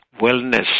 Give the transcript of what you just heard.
wellness